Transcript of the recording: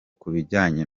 kubijyanye